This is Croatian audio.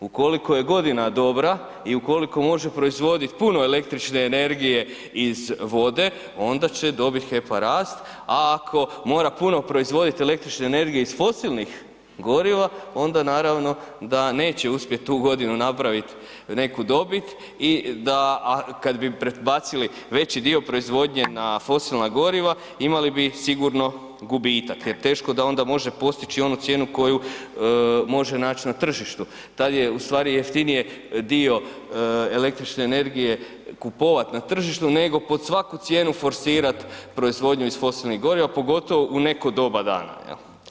Ukoliko je godina dobra i ukoliko može proizvoditi puno električne energije iz vode onda će dobit HEP-a rast a ako mora puno proizvoditi električne energije iz fosilnih goriva onda naravno da neće uspjeti tu godinu napraviti neku dobit a kada bi prebacili veći dio proizvodnje na fosilna goriva imali bi sigurno gubitak jer teško da onda može postići onu cijenu koju može naći na tržištu, tad je ustvari jeftinije dio električne energije kupovati na tržištu nego pod svaku cijenu forsirati proizvodnju iz fosilnih goriva pogotovo u neko doba dana.